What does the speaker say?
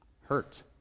hurt